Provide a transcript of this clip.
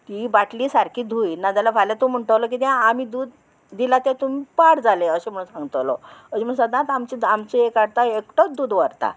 ही बाटली सारकी धूय नाजाल्यार फाल्यां तूं म्हणटलो किद्या आमी दूद दिलां तेतून पाड जालें अशें म्हण सांगतलो अशें म्हण सदांच आमचे आमचे एक काडटा एकटोच दूद व्हरता